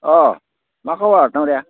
अ मा खबर दाङ'रिया